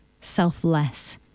selfless